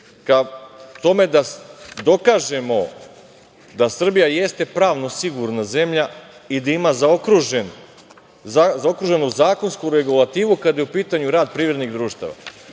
ka tome da dokažemo da Srbija jeste pravno sigurna zemlja i da ima zaokruženu zakonsku regulativu kada je u pitanju rad privrednih društava. Moja